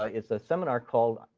ah it's a seminar called